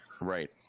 Right